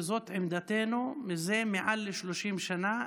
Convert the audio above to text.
כי זאת עמדתנו מזה מעל ל-30 שנה,